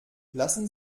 lassen